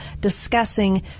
discussing